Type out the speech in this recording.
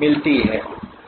मिलती है